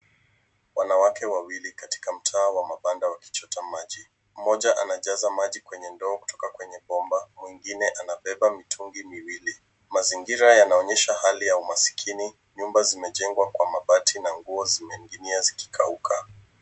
Wanawake wawili katika mtaa wa mabanda wakichota maji. Mmoja anajaza maji kwenye ndoo kutoka kwenye bomba, mwingine anabeba mitungi miwili. Mazingira yanaonyesha hali ya umaskini. Nyumba zimejengwa kwa mabati na nguo zimening'inia zikikauka.